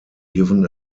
given